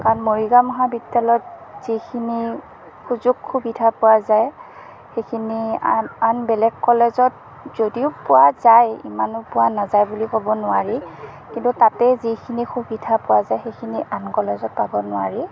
কাৰণ মৰিগাঁও মহাবিদ্যালয়ত যিখিনি সুযোগ সুবিধা পোৱা যায় সেইখিনি আন আন বেলেগ কলেজত যদিও পোৱা যায় ইমানো পোৱা নাযায় বুলি ক'ব নোৱাৰি কিন্তু তাতে যিখিনি সুবিধা পোৱা যায় সেইখিনি আন কলেজত পাব নোৱাৰি